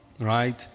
right